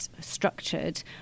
structured